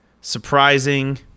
surprising